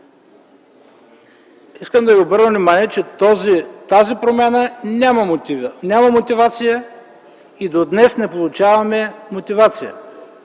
Искам да ви обърна внимание, че тази промяна няма мотивация и до днес не получаваме мотивация.